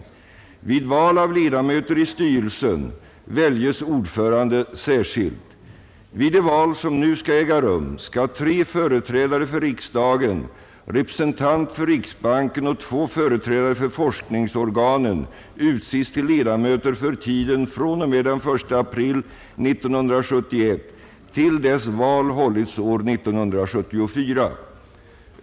Vid val av ledamöter i styrelsen väljes ordförande särskilt. Vid det val som nu skall äga rum skall tre företrädare för riksdagen, representant för riksbanken och två företrädare för forskningsorganen utses till ledamöter för tiden från och med den 1 april 1971 till dess val hållits år 1974.